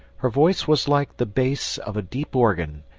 her voice was like the bass of a deep organ,